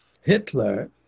Hitler